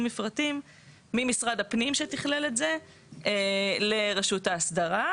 מפרטים ממשרד הפנים שתכלל את זה לרשות האסדרה,